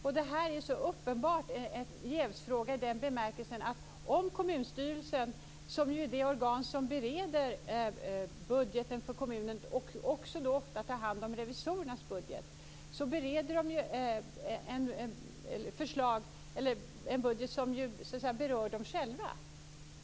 Det här är så uppenbart en jävsfråga i den bemärkelsen att kommunstyrelsen, som ju är det organ som bereder budgeten för kommunen och också ofta tar hand om revisorernas budget, bereder en budget som berör dem själva.